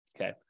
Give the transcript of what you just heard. Okay